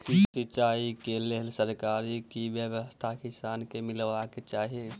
सिंचाई केँ लेल सरकारी की व्यवस्था किसान केँ मीलबाक चाहि?